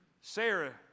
Sarah